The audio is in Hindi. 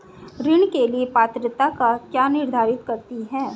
ऋण के लिए पात्रता क्या निर्धारित करती है?